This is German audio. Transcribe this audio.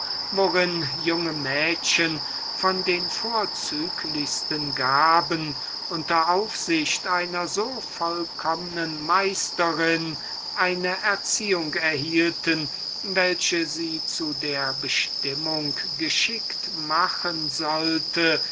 junge mädchen von den vorzüglichsten gaben unter der aufsicht einer so vollkommen meisterin eine erziehung erhielten welche sie zu der bestimmung geschickt machen sollte